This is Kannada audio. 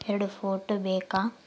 ಎರಡು ಫೋಟೋ ಬೇಕಾ?